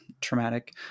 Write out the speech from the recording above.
traumatic